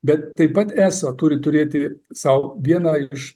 bet taip pat eso turi turėti sau viena iš